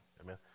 Amen